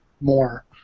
more